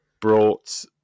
brought